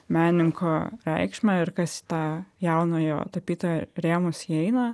menininko reikšmę ir kas į tą jaunojo tapytojo rėmus įeina